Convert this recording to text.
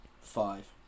Five